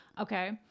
okay